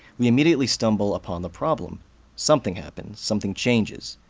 we immediately stumble upon the problem something happens. something changes.